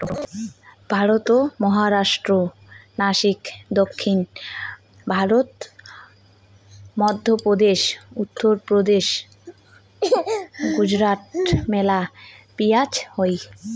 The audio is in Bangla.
ভারতত মহারাষ্ট্রর নাসিক, দক্ষিণ ভারত, মইধ্যপ্রদেশ, উত্তরপ্রদেশ, গুজরাটত মেলা পিঁয়াজ হই